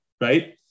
right